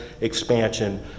expansion